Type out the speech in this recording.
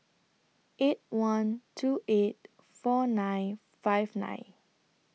eight one two eight four nine five nine